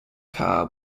car